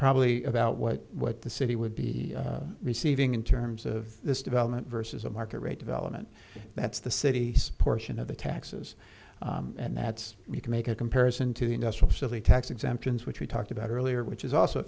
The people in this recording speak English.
probably about what what the city would be receiving in terms of this development versus a market rate development that's the city portion of the taxes and that's you can make a comparison to the national silly tax exemptions which we talked about earlier which is also